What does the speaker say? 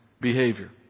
behavior